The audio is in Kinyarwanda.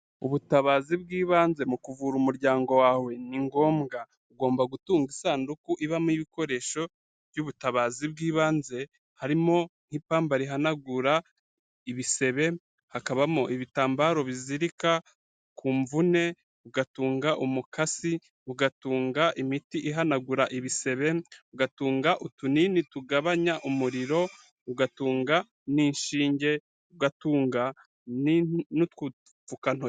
Ubutabazi bw'ibanze mu kuvura umuryango wawe ni ngombwa. Ugomba gutunga isanduku ibamo ibikoresho by'ubutabazi bw'ibanze, harimo nk'ipamba ihanagura ibisebe, hakabamo ibitambaro bazirika ku mvune, ugatunga umukas,i ugatunga imiti ihanagura ibisebe, ugatunga utunini tugabanya umuriro, ugatunga n'inshinge, ugatunga n'udupfukantoki.